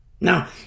Now